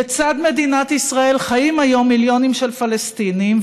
בצד מדינת ישראל חיים היום מיליונים של פלסטינים,